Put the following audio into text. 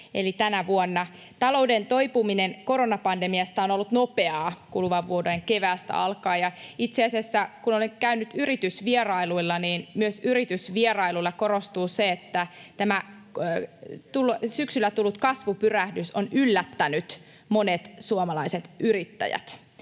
tänä vuonna. Talouden toipuminen koronapandemiasta on ollut nopeaa kuluvan vuoden keväästä alkaen, ja itse asiassa, kun olen käynyt yritysvierailuilla, niin myös yritysvierailuilla korostuu se, että tämä syksyllä tullut kasvupyrähdys on yllättänyt monet suomalaiset yrittäjät